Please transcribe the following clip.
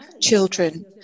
children